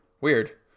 weird